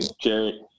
Jerry